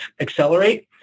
accelerate